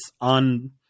on